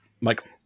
Michael